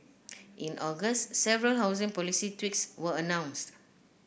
in August several housing policy tweaks were announced